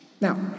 Now